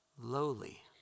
Lowly